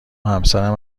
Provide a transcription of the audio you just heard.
همسرم